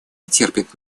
терпят